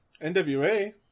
NWA